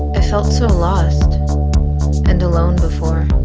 i felt so lost and alone before.